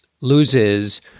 loses